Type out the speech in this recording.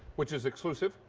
which is exclusive.